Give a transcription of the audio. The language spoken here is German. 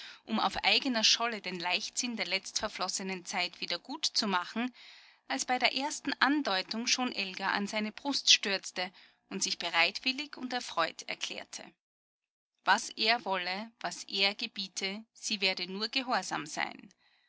um auf eigener scholle den leichtsinn der letztverflossenen zeit wieder gut zu machen als bei der ersten andeutung schon elga an seine brust stürzte und sich bereitwillig und erfreut erklärte was er wolle was er gebiete sie werde nur gehorsam sein